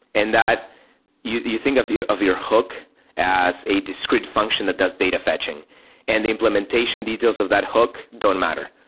and that you you think of your of your hook as a discrete function that does data fetching and the implementation details of that hook don't matter.